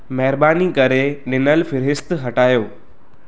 महिरबानी करे ॾिनल फ़हिरिस्त हटयो